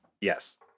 Yes